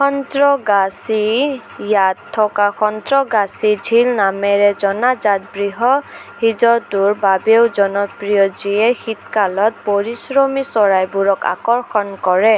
সন্ত্ৰগাছি ইয়াত থকা সন্ত্ৰগাছি ঝীল নামেৰে জনাজাত বৃহৎ হ্ৰদটোৰ বাবেও জনপ্ৰিয় যিয়ে শীতকালত পৰিভ্ৰমী চৰাইবোৰক আকৰ্ষণ কৰে